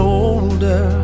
older